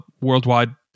worldwide